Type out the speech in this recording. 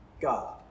God